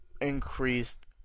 Increased